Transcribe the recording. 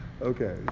Okay